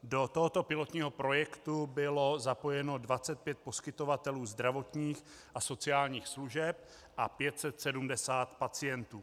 Do tohoto pilotního projektu bylo zapojeno 25 poskytovatelů zdravotních a sociálních služeb a 570 pacientů.